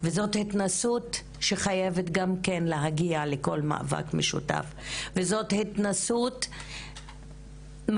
וזאת התנסות שחייבת גם כן להגיע לכל מאבק משותף וזאת התנסות מדהימה,